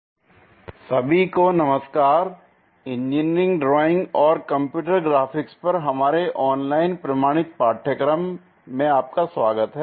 orthographic projection I part 10 सभी को नमस्कार l इंजीनियरिंग ड्राइंग और कंप्यूटर ग्राफिक्स पर हमारे ऑनलाइन प्रमाणित पाठ्यक्रम में आपका स्वागत है